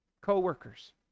co-workers